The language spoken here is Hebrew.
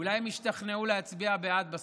אולי הם ישתכנעו להצביע בעד בסוף.